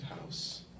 house